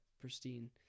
pristine